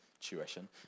tuition